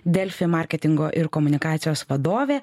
delfi marketingo ir komunikacijos vadovė